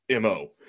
MO